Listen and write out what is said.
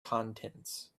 contents